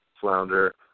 flounder